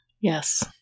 Yes